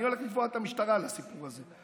אני הולך לתבוע את המשטרה על הסיפור הזה.